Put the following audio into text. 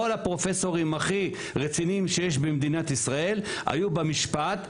כל הפרופסורים הכי רציניים שיש במדינת ישראל היו במשפט.